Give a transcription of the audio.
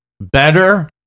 better